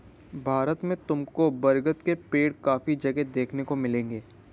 भारत में तुमको बरगद के पेड़ काफी जगह देखने को मिलेंगे